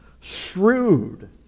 shrewd